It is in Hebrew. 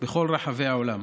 בכל רחבי העולם.